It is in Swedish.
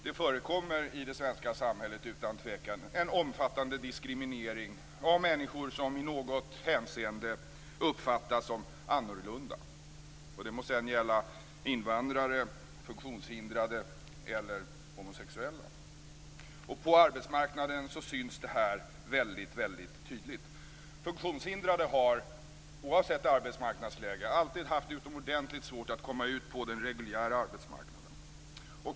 Det förekommer utan tvekan i det svenska samhället en omfattande diskriminering av människor som i något hänseende uppfattas som annorlunda; det må sedan gälla invandrare, funktionshindrade eller homosexuella. På arbetsmarknaden syns det här väldigt tydligt. Funktionshindrade har, oavsett arbetsmarknadsläge, alltid haft utomordentligt svårt att komma ut på den reguljära arbetsmarknaden.